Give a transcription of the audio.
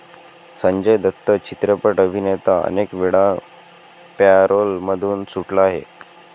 संजय दत्त चित्रपट अभिनेता अनेकवेळा पॅरोलमधून सुटला आहे